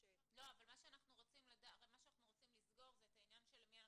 אבל מה שאנחנו רוצים לסגור זה את הנושא של למי מדווחים.